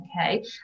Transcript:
Okay